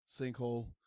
sinkhole